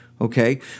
okay